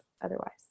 otherwise